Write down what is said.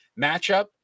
matchup